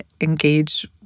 engage